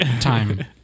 time